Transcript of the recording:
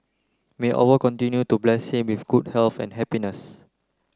may Allah continue to bless him with good health and happiness